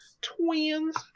twins